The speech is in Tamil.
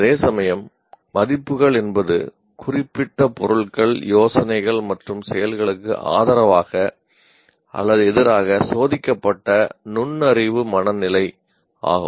அதேசமயம் மதிப்புகள் என்பது குறிப்பிட்ட பொருள்கள் யோசனைகள் மற்றும் செயல்களுக்கு ஆதரவாக அல்லது எதிராக சோதிக்கப்பட்ட நுண்ணறிவு மனநிலை ஆகும்